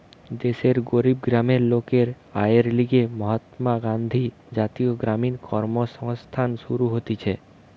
দেশের গরিব গ্রামের লোকের আয়ের লিগে মহাত্মা গান্ধী জাতীয় গ্রামীণ কর্মসংস্থান শুরু হতিছে